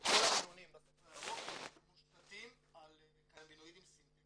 --- האם כל הדיונים בספר הירוק מושתתים על קנבינואידים סינטטיים